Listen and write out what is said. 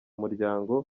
muryango